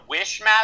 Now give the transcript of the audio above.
Wishmaster